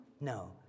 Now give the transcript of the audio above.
No